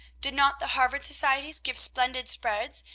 did not the harvard societies give splendid spreads,